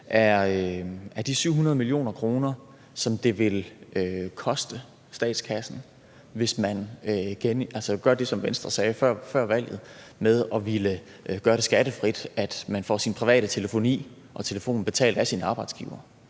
er de 700 mio. kr., som det vil koste statskassen, hvis man gør det, som Venstre sagde før valget man ville gøre, nemlig at gøre det skattefrit at få sin private telefoni og telefon betalt af sin arbejdsgiver.